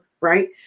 Right